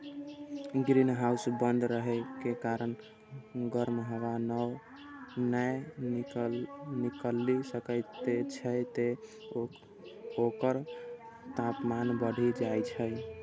greenhouse बंद रहै के कारण गर्म हवा नै निकलि सकै छै, तें ओकर तापमान बढ़ि जाइ छै